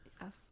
Yes